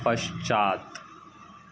पश्चात्